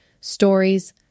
stories